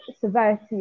severity